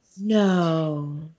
No